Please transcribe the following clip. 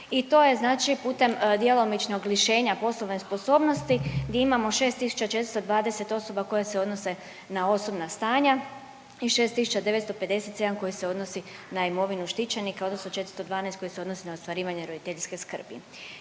i to je znači putem djelomičnog lišenja poslovne sposobnosti gdje imamo 6 420 osoba koje se odnose na osobna stanja i 6 957 koji se odnosi na imovinu štićenika odnosno 412 koji se odnosi na ostvarivanje roditeljske skrbi.